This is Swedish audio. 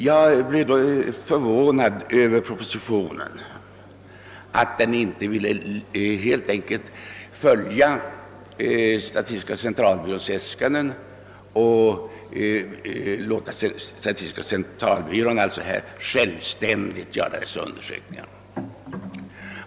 Jag blev sedan förvånad över att regeringen i propositionen inte ville följa statistiska centralbyråns äskanden och låta centralbyrån, som ob jektiv instans, anförtros ifrågavarande undersökningar.